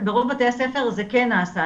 בתי הספר זה כן נעשה.